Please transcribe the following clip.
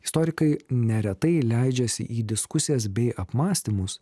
istorikai neretai leidžiasi į diskusijas bei apmąstymus